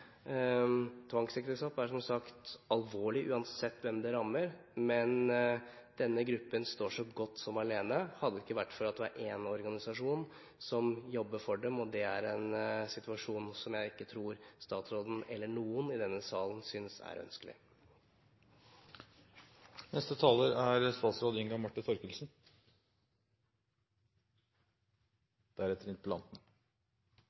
Tvangsekteskap er som sagt alvorlig, uansett hvem det rammer, men denne gruppen står så godt som alene, hadde det ikke vært for at det er én organisasjon som jobber for dem. Det er en situasjon som jeg ikke tror statsråden eller noen i denne salen synes er ønskelig.